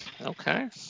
Okay